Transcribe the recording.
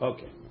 Okay